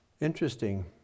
Interesting